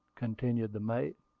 continued the mate.